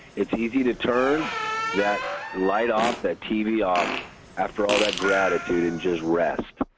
it's easy to turn that light off, that tv off after all that gratitude and just rest.